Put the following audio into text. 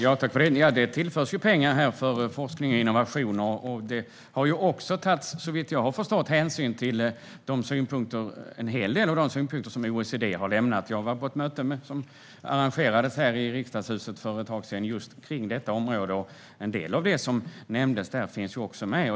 Herr talman! Det tillförs ju pengar för forskning och innovationer. Det har också tagits, såvitt jag har förstått, hänsyn till en hel del av de synpunkter som OECD har lämnat. Jag var på ett möte som arrangerades här i Riksdagshuset för ett tag sedan just kring detta område, och en del av det som nämndes där finns också med.